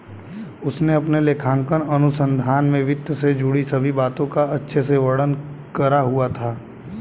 उसने अपने लेखांकन अनुसंधान में वित्त से जुड़ी सभी बातों का अच्छे से वर्णन करा हुआ था